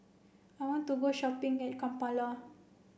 I want to go shopping at Kampala